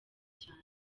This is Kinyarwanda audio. cyane